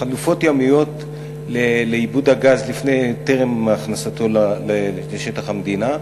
חלופות ימיות לעיבוד הגז טרם הכנסתו לשטח המדינה,